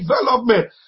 development